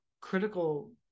critical